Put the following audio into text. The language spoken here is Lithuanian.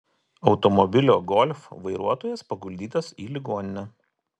automobilio golf vairuotojas paguldytas į ligoninę